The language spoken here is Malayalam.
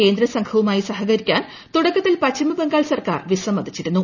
കേന്ദ്രസംഘവുമായി സഹകരിക്കാൻ തുടക്കത്തിൽ പശ്ചിമ ബംഗാൾ സർക്കാർ വിസമ്മതിച്ചിരുന്നു